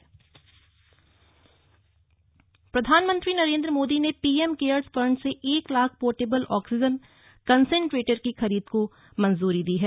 मंजूरी प्रधानमंत्री नरेंद्र मोदी ने पीएम केयर्स फंड से एक लाख पोर्टेबल ऑक्सीजन कंसेंट्रेटर की खरीद को मंजूरी दी है